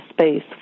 space